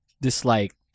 disliked